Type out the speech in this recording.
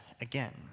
again